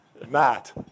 Matt